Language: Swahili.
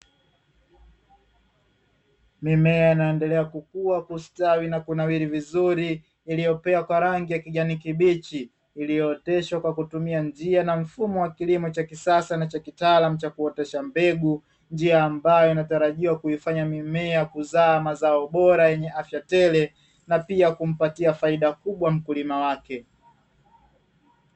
Mimea inayoendelea kukuwa, kustawi na kunawili vizuri, iliyo na rangi ya kijani kibichi iliyo oteshwa kwa kutumia njia na mfumo wa kilimo cha kisasa na cha kitaalamu cha kuotesha mbegu, huku njia inayotarajiwa kuifanya minea kuzaa mazao bora, yenye afya tele pia kumpatia faida kubwa mkulima wake.